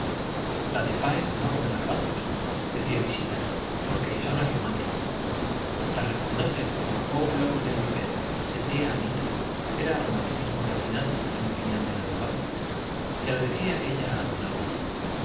la de páez no come garbanzos decía visita porque eso no es romántico la repugnancia que por los juegos locos del vivero sentía anita era romanticismo refinado en opinión de la del banco se lo decía ella a don álvaro